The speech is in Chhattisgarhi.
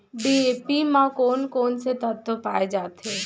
डी.ए.पी म कोन कोन से तत्व पाए जाथे?